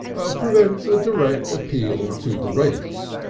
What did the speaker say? prevents a direct appeal to the rates.